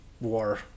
War